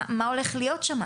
מה הולך להיות שמה.